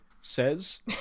says